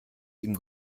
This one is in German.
ihm